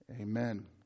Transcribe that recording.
Amen